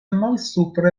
malsupre